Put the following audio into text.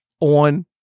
on